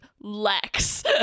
lex